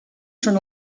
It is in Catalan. són